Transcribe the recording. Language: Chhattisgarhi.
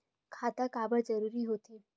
खाता काबर जरूरी हो थे?